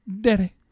daddy